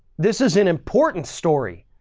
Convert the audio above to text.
this is an important story.